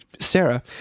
Sarah